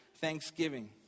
thanksgiving